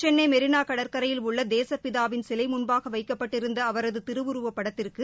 சென்னை மெினா கடற்கரையில் உள்ள தேசப்பிதாவின் சிலை முன்பாக வைக்கப்பட்டிருந்த அவரது திருவுருவப் படத்திற்கு